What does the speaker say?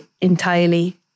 entirely